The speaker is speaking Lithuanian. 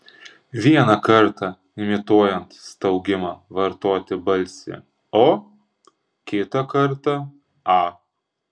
vieną kartą imituojant staugimą vartoti balsį o kitą kartą a